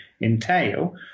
entail